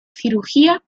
cirugía